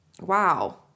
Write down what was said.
wow